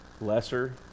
lesser